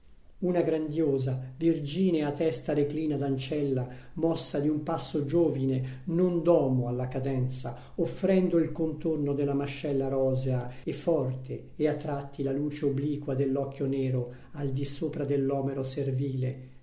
una grandiosa virginea testa reclina d'ancella mossa di un passo giovine non domo alla cadenza offrendo il contorno della mascella rosea e forte e a tratti la luce obliqua dell'occhio nero al disopra dell'omero servile